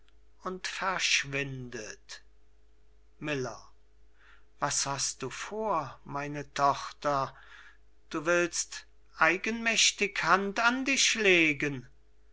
und verschwindet miller was hast du vor meine tochter du willst eigenmächtig hand an dich legen